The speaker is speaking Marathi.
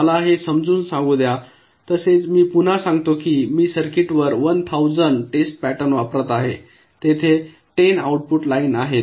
मला हे समजून सांगू द्या तसेच मी पुन्हा सांगतो की मी सर्किटवर १००० टेस्ट पॅटर्न वापरत आहे तेथे १० आऊटपुट लाइन आहेत